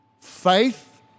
Faith